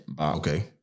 Okay